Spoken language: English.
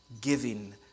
giving